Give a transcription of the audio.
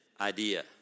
idea